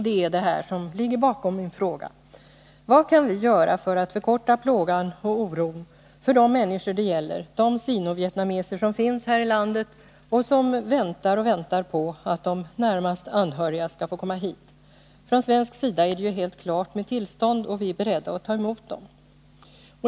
Det är detta som ligger bakom min fråga. Vad kan vi göra för att förkorta plågan och oron för de människor det gäller, de sino-vietnameser som finns här i landet och som väntar på att de närmast anhöriga skall få komma hit? Från svensk sida är det ju helt klart med tillstånd, och vi är beredda att ta emot dem.